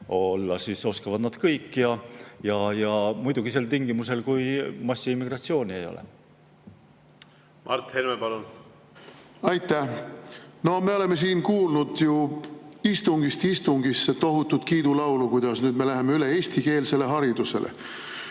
võib-olla oskavad nad kõik. Aga muidugi sel tingimusel, et massiimmigratsiooni ei ole. Aitäh! No me oleme siin kuulnud istungist istungisse tohutut kiidulaulu, kuidas nüüd me läheme üle eestikeelsele haridusele.